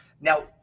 Now